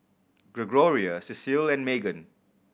Gregoria Cecile and Magan